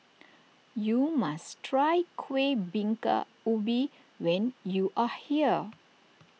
you must try Kuih Bingka Ubi when you are here